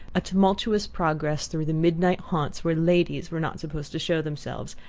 a tumultuous progress through the midnight haunts where ladies were not supposed to show themselves,